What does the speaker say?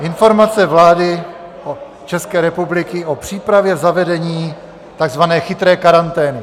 Informace vlády České republiky o přípravě zavedení takzvané chytré karantény.